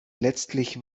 letztlich